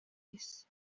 isi